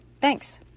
Thanks